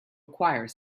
acquire